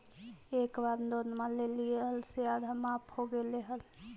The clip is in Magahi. एक बार लोनवा लेलियै से आधा माफ हो गेले हल?